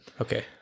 okay